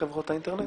חברות האינטרנט.